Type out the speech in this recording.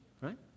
right